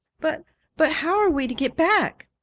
but but how are we to get back?